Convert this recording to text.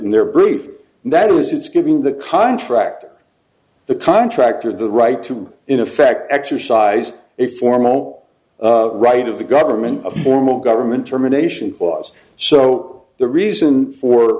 in their brief that is it's giving the contract the contractor the right to in effect exercise a formal right of the government a form of government terminations laws so the reason for